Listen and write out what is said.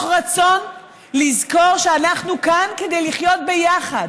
רצון לזכור שאנחנו כאן כדי לחיות יחד